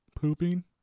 pooping